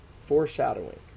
foreshadowing